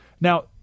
Now